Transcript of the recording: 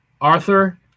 Arthur